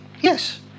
Yes